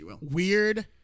weird